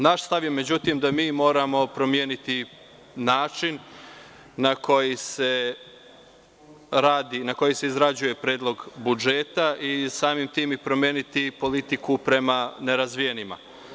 Naš stav je, međutim, da mi moramo promeniti način na koji se radi, na koji se izrađuje predlog budžeta i samim tim i promeniti politiku prema nerazvijenima.